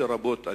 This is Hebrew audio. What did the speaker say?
ובכלל זה,